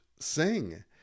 sing